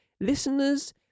listeners